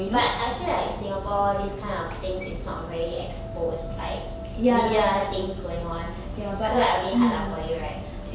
but I feel like singapore these kind of things is not very exposed like media things going on so like a bit hard lah for you right